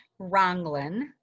Ronglin